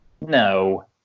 no